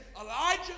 Elijah